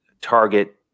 target